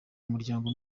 umuryango